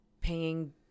paying